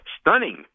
stunning